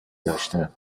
داشتن